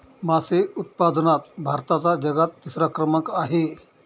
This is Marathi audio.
मासे उत्पादनात भारताचा जगात तिसरा क्रमांक आहे